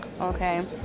okay